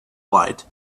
light